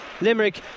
Limerick